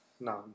No